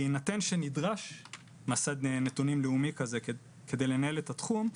בהינתן שנדרש מסד נתונים לאומי כזה כדי לנהל את התחום,